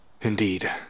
Indeed